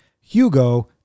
Hugo